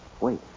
Wait